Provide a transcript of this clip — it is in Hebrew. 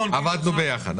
יש סיוע כמובן.